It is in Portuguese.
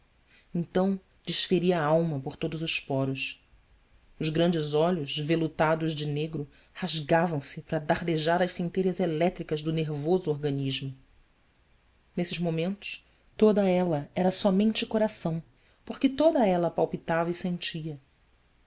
então desferia alma por todos os poros os grandes olhos velutados de negro rasgavam se para dardejar as centelhas elétricas do nervoso organismo nesses momentos toda ela era somente coração porque toda ela palpitava e sentia